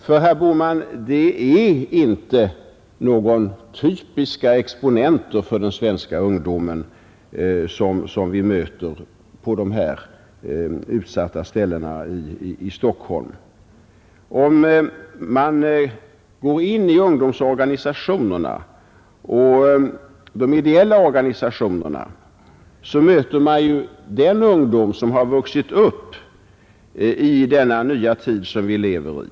Det är, herr Bohman, inte några typiska exponenter för den svenska ungdomen som vi möter på dessa utsatta ställen i Stockholm. Om man går till ungdomsorganisationerna och de ideella organisationerna så får man en riktigare bild av den ungdom som har vuxit upp i den nya tid som vi lever i.